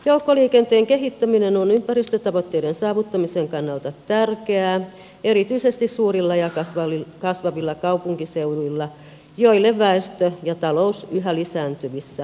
joukkoliikenteen kehittäminen on ympäristötavoitteiden saavuttamisen kannalta tärkeää erityisesti suurilla ja kasvavilla kaupunkiseuduilla joille väestö ja talous yhä lisääntyvissä määrin keskittyvät